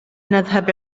نذهب